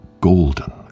golden